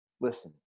listen